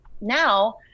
Now